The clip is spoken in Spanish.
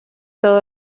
todo